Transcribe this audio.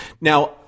Now